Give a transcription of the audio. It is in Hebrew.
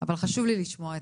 אבל חשוב לי לשמוע אתכם.